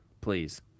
Please